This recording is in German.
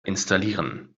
installieren